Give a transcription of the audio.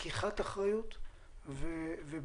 לקיחת אחריות וביצוע.